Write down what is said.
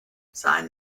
sein